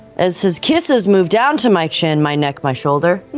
as his kisses move down to my chin, my neck, my shoulder,